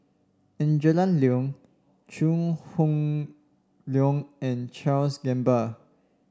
Angela Liong Chew Hock Leong and Charles Gamba